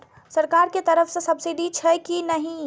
सरकार के तरफ से सब्सीडी छै कि नहिं?